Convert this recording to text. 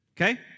Okay